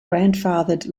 grandfathered